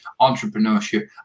entrepreneurship